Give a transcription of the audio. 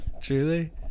Truly